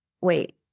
wait